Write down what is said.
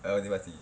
uh motivasi